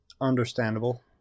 understandable